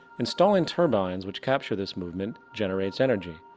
installing turbines which capture this movement, generates energy.